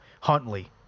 Huntley